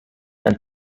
and